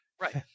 Right